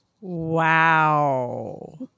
Wow